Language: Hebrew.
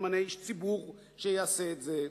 יתמנה איש ציבור שיעשה את זה,